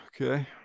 okay